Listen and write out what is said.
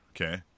Okay